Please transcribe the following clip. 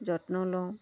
যত্ন লওঁ